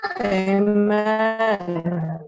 Amen